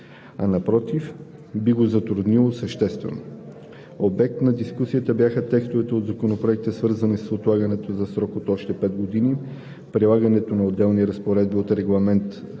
а напротив – би го затруднило съществено. Обект на дискусия бяха и текстовете от Законопроекта, свързани с отлагането за срок от още 5 години прилагането на отделни разпоредби от Регламент